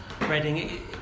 Reading